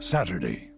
Saturday